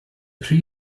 pre